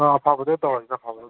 ꯑꯐꯕꯗ ꯇꯧꯔꯁꯦ ꯑꯐꯕꯗ ꯑꯗꯨꯝ